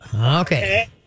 Okay